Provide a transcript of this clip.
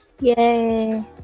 Yay